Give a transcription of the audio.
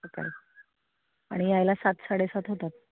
सकाळी आणि यायला सात साडेसात होतात